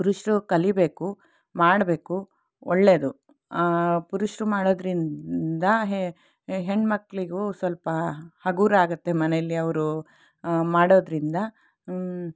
ಪುರುಷರು ಕಲೀಬೇಕು ಮಾಡಬೇಕು ಒಳ್ಳೆಯದು ಪುರುಷರು ಮಾಡೋದ್ರಿಂದ ಹೆಣ್ಣು ಮಕ್ಕಳಿಗೂ ಸ್ವಲ್ಪ ಹಗುರ ಆಗುತ್ತೆ ಮನೇಲಿ ಅವರು ಮಾಡೋದ್ರಿಂದ